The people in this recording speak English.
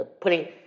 Putting